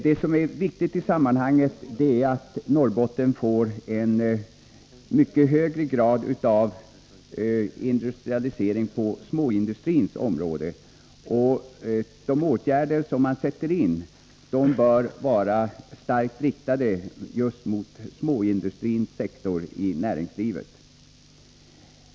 Det viktiga i sammanhanget är att Norrbotten får en mycket högre grad av industrialisering på småindustrins område. De åtgärder som sätts in bör vara starkt riktade mot småindustrins sektor i näringslivet.